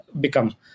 become